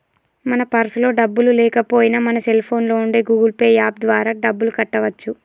మన పర్సులో డబ్బులు లేకపోయినా మన సెల్ ఫోన్లో ఉండే గూగుల్ పే యాప్ ద్వారా డబ్బులు కట్టవచ్చు